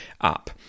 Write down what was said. up